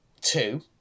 two